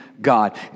God